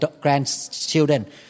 grandchildren